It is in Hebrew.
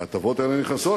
ההטבות האלה נכנסות,